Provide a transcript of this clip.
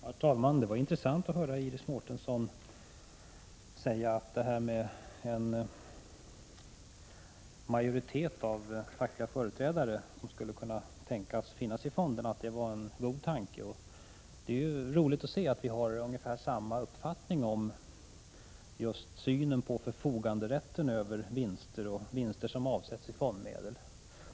Herr talman! Det var intressant att höra Iris Mårtensson säga att det var en god tanke att det skulle kunna finnas en majoritet av fackliga företrädare i fonderna. Det är ju roligt att se att vi har ungefär samma uppfattning när det gäller förfoganderätten över vinster, och vinster som avsätts i fondmedel.